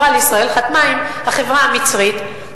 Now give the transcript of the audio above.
"החברה לישראל" חתמה עם החברה המצרית,